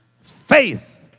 faith